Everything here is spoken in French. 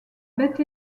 bête